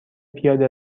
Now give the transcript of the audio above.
پیاده